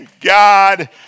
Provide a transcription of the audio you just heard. God